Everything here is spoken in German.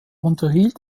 unterhielt